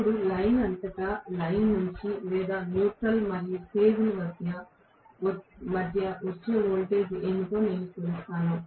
ఇప్పుడు లైన్ అంతటా లైన్ నుండి లేదా న్యూట్రల్ మరియు ఫేజ్ మధ్య వచ్చే వోల్టేజ్ ఏమిటో నేను కొలుస్తాను